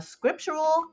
Scriptural